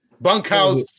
bunkhouse